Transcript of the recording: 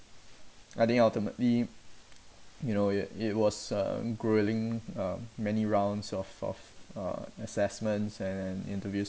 I think ultimately you know it it was um gruelling um many rounds of of uh assessments and then interviews